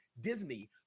Disney